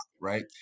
right